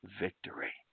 victory